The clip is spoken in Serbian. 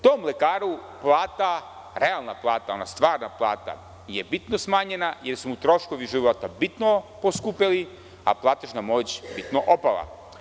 Tom lekaru plata, realna plata, ona stvarna plata je bitno smanjena, jer su mu troškovi životno bitno poskupeli, a platežna moć je bitno opala.